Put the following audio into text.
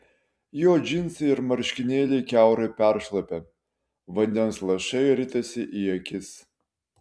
jo džinsai ir marškinėliai kiaurai peršlapę vandens lašai ritasi į akis